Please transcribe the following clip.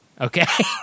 okay